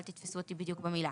אל תתפסו אותי בדיוק במילה.